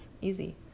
easy